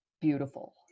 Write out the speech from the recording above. beautiful